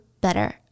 better